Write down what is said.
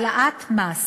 העלאת המס